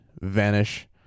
vanish